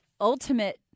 ultimate